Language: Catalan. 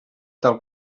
tal